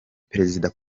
perezida